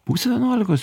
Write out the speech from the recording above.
pusę vienuolikos